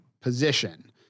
position